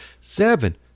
Seven